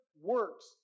works